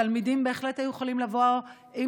תלמידים בהחלט היו יכולים לבוא עם